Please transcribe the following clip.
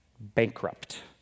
bankrupt